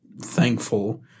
thankful